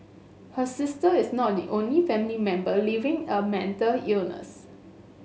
her sister is not the only family member living a mental illness